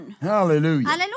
Hallelujah